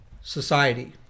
society